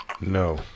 No